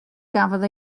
gafodd